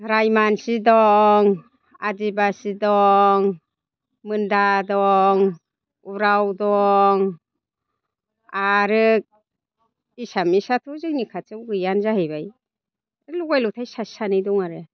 राय मानसि दं आदिबासि दं मोन्दा दं उराव दं आरो एसामिसाथ' जोंनि खाथियावनो गैया जाहैबाय लगाय लथाय सासे सानै दं आरो